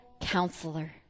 counselor